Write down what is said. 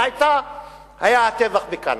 והיה הטבח בכנא.